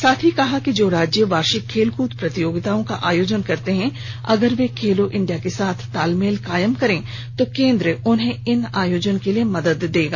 साथ ही कहा कि जो राज्य वार्षिक खेल कूल प्रतियोगिताओं का आयोजन करते हैं अगर वे खेलो इंडिया के साथ तालमेल कायम करें तो केन्द्र उन्हें इनके आयोजन के लिए मदद देगा